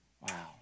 Wow